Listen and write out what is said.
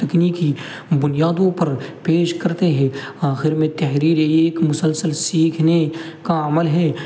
تکنیکی بنیادوں پر پیش کرتے ہیں آخر میں تحریریں مسلسل سیکھنے کا عمل ہے